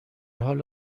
حال